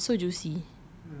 kan macam so juicy